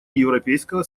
европейского